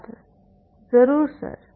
छात्र ज़रूर सर